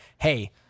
hey